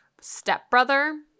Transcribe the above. stepbrother